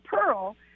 pearl